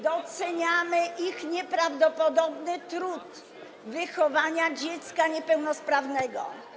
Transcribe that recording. doceniamy ich nieprawdopodobny trud wychowania dziecka niepełnosprawnego.